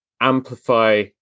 amplify